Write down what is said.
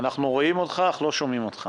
רוצה לברך אותך